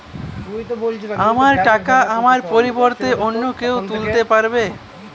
আমার টাকা আমার পরিবর্তে অন্য কেউ তুলতে পারবে?